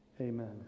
Amen